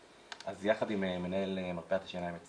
כמה שעזרת וכמה שתעזור וכמה שאתה עוזר ביחד עם כל החברים שלך,